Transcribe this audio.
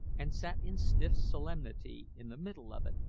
and sat in stiff solemnity in the middle of it,